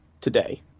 today